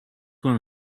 one